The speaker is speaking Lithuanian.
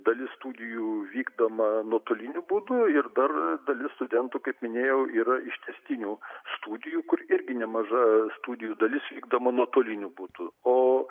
dalis studijų vykdoma nuotoliniu būdu ir dar dalis studentų kaip minėjau yra ištęstinių studijų kur irgi nemaža studijų dalis vykdoma nuotoliniu būdu o